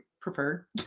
preferred